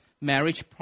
marriage